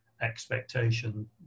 expectation